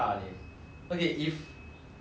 I ask myself the same question